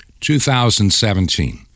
2017